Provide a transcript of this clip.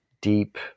deep